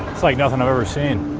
like nothing i've ever seen.